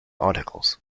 articles